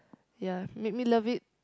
ya made me love it